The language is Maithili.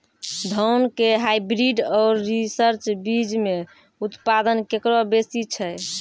धान के हाईब्रीड और रिसर्च बीज मे उत्पादन केकरो बेसी छै?